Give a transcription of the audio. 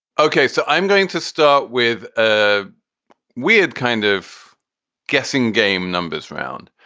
ok. so i'm going to start with a weird kind of guessing game numbers round.